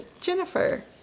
Jennifer